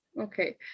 Okay